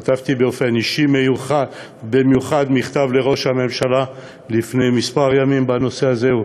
כתבתי באופן אישי במיוחד מכתב לראש הממשלה לפני כמה ימים בנושא הזה,